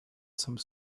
some